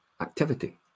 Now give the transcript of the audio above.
activity